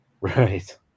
Right